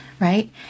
right